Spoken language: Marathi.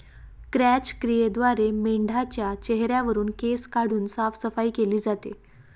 क्रॅच क्रियेद्वारे मेंढाच्या चेहऱ्यावरुन केस काढून साफसफाई केली जाते